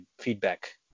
feedback